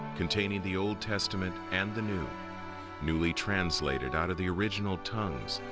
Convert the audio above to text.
containing the old testament and the new newly translated out of the original tongues,